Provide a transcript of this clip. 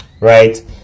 right